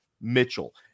Mitchell